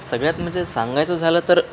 सगळ्यात म्हणजे सांगायचं झालं तर